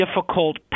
difficult